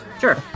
sure